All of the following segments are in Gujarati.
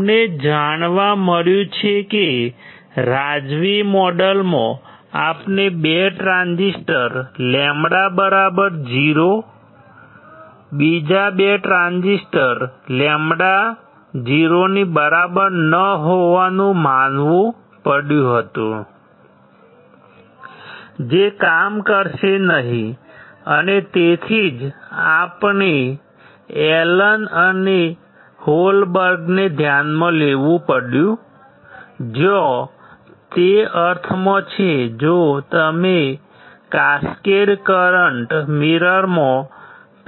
અમને જાણવા મળ્યું છે કે રાઝવી મોડેલમાં આપણે 2 ટ્રાન્ઝિસ્ટર λ 0 બીજા 2 ટ્રાન્ઝિસ્ટર λ 0 ની બરાબર ન હોવાનું માનવું પડ્યું હતું જે કામ કરશે નહીં અને તેથી જ આપણે એલન અને હોલબર્ગને ધ્યાનમાં લેવું પડ્યું જ્યાં તે અર્થમાં છે જો તમે કાસ્કેડ કરંટ મિરરમાં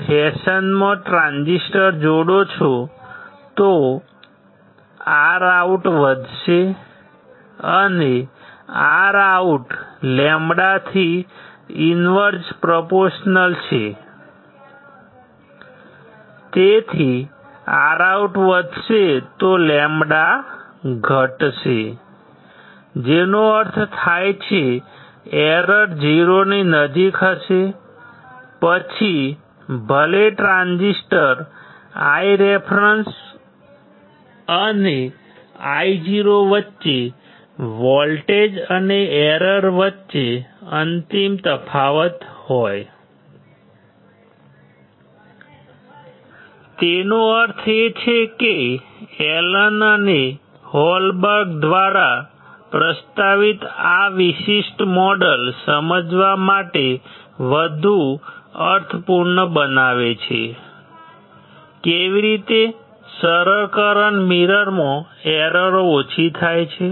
ફેશનમાં ટ્રાન્ઝિસ્ટર જોડો છો તો ROUT વધશે અને ROUT λ થી ઈનવર્જ પ્રોપોરશનલ છે તેથી ROUT વધશે તો λ ઘટશે જેનો અર્થ થાય છે એરર 0 ની નજીક હશે પછી ભલે ટ્રાન્ઝિસ્ટર Ireference અને Io વચ્ચે વોલ્ટેજ અને એરર વચ્ચે અંતિમ તફાવત હોય તેનો અર્થ એ છે કે એલન અને હોલબર્ગ દ્વારા પ્રસ્તાવિત આ વિશિષ્ટ મોડેલ સમજવા માટે વધુ અર્થપૂર્ણ બનાવે છે કેવી રીતે સરળ કરંટ મિરરમાં એરરો ઓછી થાય છે